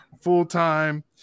full-time